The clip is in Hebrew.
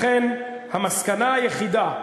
לכן, המסקנה היחידה,